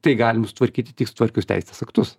tai galima sutvarkyti tik sutvarkius teisės aktus